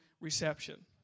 reception